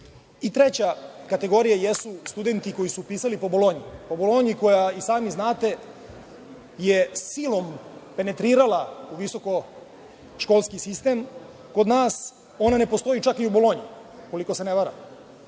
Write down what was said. vi. Treća kategorija jesu studenti koji su upisali po Bolonji. Bolonja koja je, i sami znate, silom penetrirala u visokoškolski sistem kod nas, ona ne postoji čak ni u Bolonji, ukoliko se ne varam.